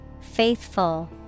Faithful